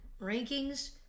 rankings